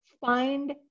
Find